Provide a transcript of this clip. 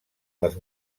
les